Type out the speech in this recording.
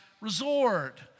resort